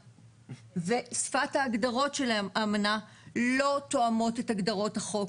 שפת ההגדרות של האמנה לא תואמות את הגדרות החוק.